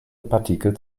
partikel